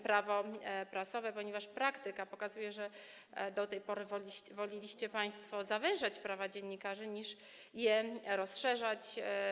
Prawo prasowe, ponieważ praktyka pokazuje, że do tej pory woleliście państwo zawężać prawa dziennikarzy, niż je rozszerzać.